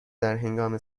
درهنگام